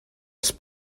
els